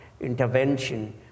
intervention